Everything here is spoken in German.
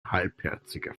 halbherziger